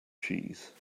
cheese